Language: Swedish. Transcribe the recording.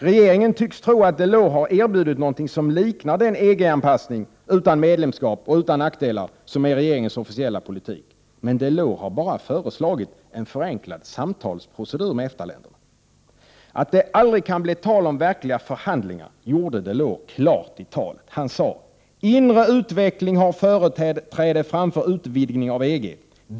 Regeringen tycks tro att Delors har erbjudit någonting som liknar den EG-anpassning utan medlemskap och utan nackdelar som är regeringens officiella politik; men Delors har bara föreslagit en förenklad procedur för samtal med EFTA-länderna. Att det aldrig kan bli tal om verkliga förhandlingar gjorde Delors klart i talet. Han sade: ”Inre utveckling har företräde framför utvidgning av EG.